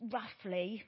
roughly